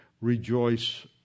rejoice